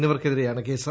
എന്നിവർക്കെതിരെയാണ് case